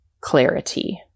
clarity